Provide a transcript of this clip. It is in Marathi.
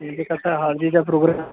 म्हनजे कसं हळदीचा प्रोग्राम